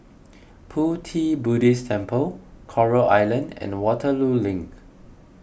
Pu Ti Buddhist Temple Coral Island and Waterloo Link